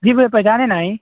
جی بھیا پہچانے نہیں